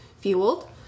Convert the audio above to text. fueled